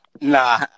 Nah